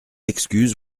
excuse